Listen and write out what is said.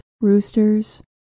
roosters